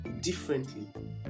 differently